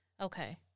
Okay